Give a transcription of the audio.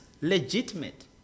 legitimate